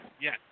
Yes